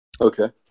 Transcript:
Okay